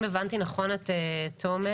אם הבנתי נכון את תומר,